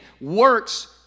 works